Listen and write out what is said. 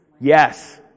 Yes